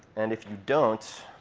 and if you don't